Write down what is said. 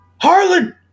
Harlan